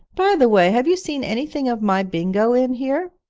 by the way, have you seen anything of my bingo in here